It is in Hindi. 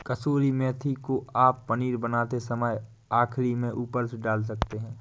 कसूरी मेथी को आप पनीर बनाते समय सबसे आखिरी में ऊपर से डाल सकते हैं